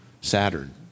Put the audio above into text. Saturn